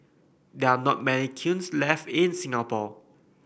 there are not many kilns left in Singapore